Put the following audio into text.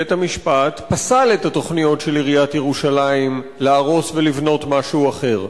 בית-המשפט פסל את התוכניות של עיריית ירושלים להרוס ולבנות משהו אחר.